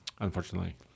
Unfortunately